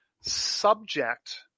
subject